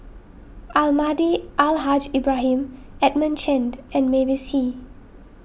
Almahdi Al Haj Ibrahim Edmund Chen and Mavis Hee